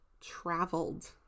traveled